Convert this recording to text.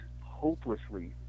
hopelessly